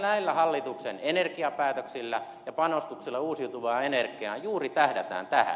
näillä hallituksen energiapäätöksillä ja panostuksilla uusiutuvaan energiaan juuri tähdätään tähän